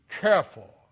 careful